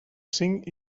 cinc